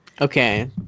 Okay